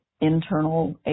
internal